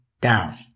down